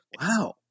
wow